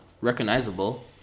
recognizable